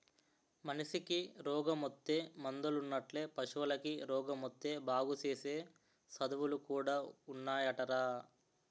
మనిసికి రోగమొత్తే మందులున్నట్లే పశువులకి రోగమొత్తే బాగుసేసే సదువులు కూడా ఉన్నాయటరా